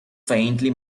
faintly